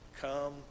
come